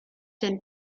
den